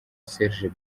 serge